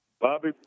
bobby